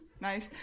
Nice